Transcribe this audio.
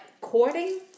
Courting